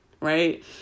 right